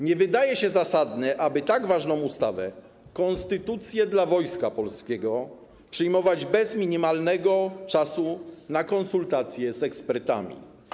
Nie wydaje się zasadne, aby tak ważną ustawę, konstytucję dla Wojska Polskiego, przyjmować bez minimalnego czasu na konsultacje z ekspertami.